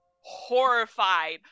horrified